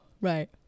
Right